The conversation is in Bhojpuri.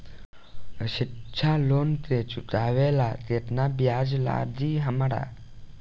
शिक्षा लोन के चुकावेला केतना ब्याज लागि हमरा?